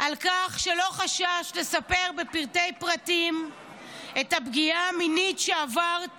על כך שלא חששת לספר בפרטי-פרטים את הפגיעה המינית שעברת